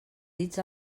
dits